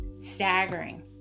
staggering